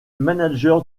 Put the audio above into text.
manager